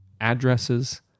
addresses